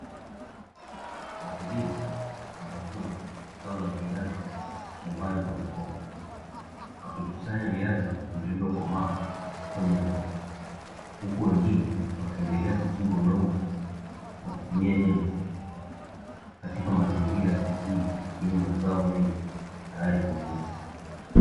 Wakulima wanavuna zao la viazi shambani kwa mikono, wakikusanya viazi vilivyokomaa kwenye ndoo, huku wengine wakiendelea kuchimba udongo kwa kutumia jembe, katika mazingira ya kijijini yenye mazao mengi tayari kuvuna.